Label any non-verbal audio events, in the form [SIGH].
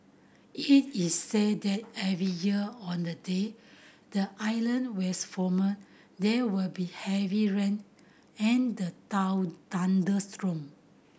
it is said that every year on the day the island was former there would be heavy rain and the [UNINTELLIGIBLE] thunderstorm